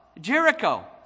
Jericho